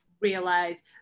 realize